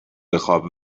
بخواب